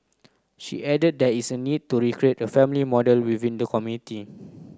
she added that is a need to recreate a family model within the community